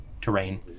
terrain